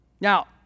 Now